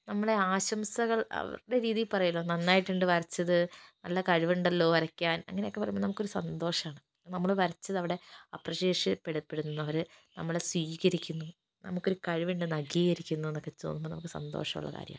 നമ്മളെ ആശംസകൾ അവരുടെ രീതിയിൽ പറയുമല്ലോ നന്നായിട്ടുണ്ട് വരച്ചത് നല്ല കഴിവുണ്ടല്ലോ വരയ്ക്കാൻ അങ്ങനൊക്കെ പറയുമ്പോൾ നമുക്ക് ഒരു സന്തോഷമാണ് നമ്മൾ വരച്ചതവിടെ അപ്രീഷിയേഷ് അവർ നമ്മളെ സ്വീകരിക്കുന്നു നമുക്കൊരു കഴിവുണ്ടെന്ന് അംഗീകരിക്കുന്നു എന്നൊക്കെ തോന്നുമ്പോൾ നമുക്ക് സന്തോഷമുള്ള കാര്യമാണ്